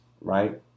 right